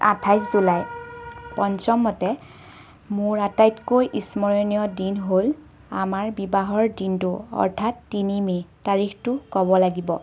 আঠাইছ জুলাই পঞ্চমতে মোৰ আটাইতকৈ ইস্মৰণীয় দিন হ'ল আমাৰ বিবাহৰ দিনটো অৰ্থাৎ তিনি মে' তাৰিখটো ক'ব লাগিব